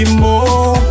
more